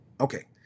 Okay